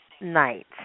night